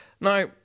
Now